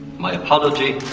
my apology,